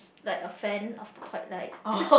like a fan of the Twilight